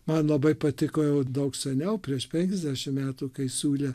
man labai patiko jau daug seniau prieš penkiasdešim metų kai siūlė